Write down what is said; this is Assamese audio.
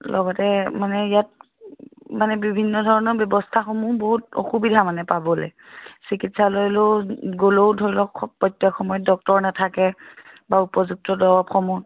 লগতে মানে ইয়াত মানে বিভিন্ন ধৰণৰ ব্যৱস্থাসমূহ বহুত অসুবিধা মানে পাবলৈ চিকিৎসালয়লৈ গ'লেও ধৰক প্ৰত্যেক সময়ত ডক্টৰ নাথাকে বা উপযুক্ত দৰবসমূহ